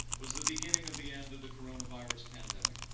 was the beginning of the end of the coronavirus pandemic.